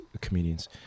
Comedians